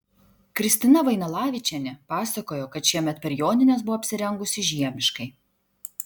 kristina vainalavičienė pasakojo kad šiemet per jonines buvo apsirengusi žiemiškai